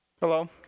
Hello